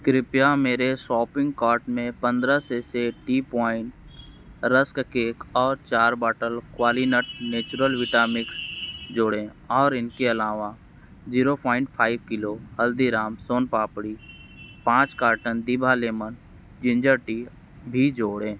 कृपया मेरे shopping cart में पंद्रह sachet tea point rusk cake और चार bottle Qualinut natural vita mix जोड़ें और इनके अलावा zero point five kilo Haldiram soan papdi पाँच कार्टन दिभा लेमन जिंजर टी भी जोड़ें